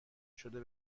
شده